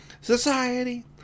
Society